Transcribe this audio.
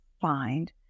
find